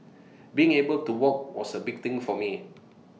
being able to walk was A big thing for me